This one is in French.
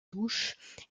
touches